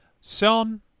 Son